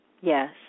Yes